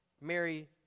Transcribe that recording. Mary